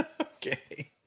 Okay